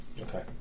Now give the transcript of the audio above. Okay